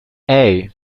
hey